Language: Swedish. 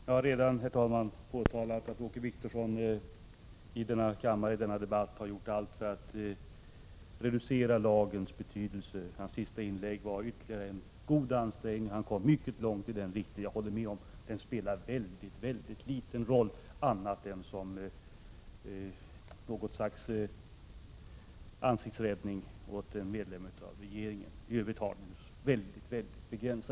Herr talman! Jag har redan påtalat att Åke Wictorsson i denna debatt har gjort allt för att reducera lagens betydelse. Hans senaste inlägg var ytterligare en god ansträngning; han kom mycket långt i den riktningen. Jag håller med om att den spelar mycket liten roll annat än som något slags ansiktsräddning för en medlem av regeringen.